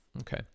Okay